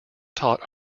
taught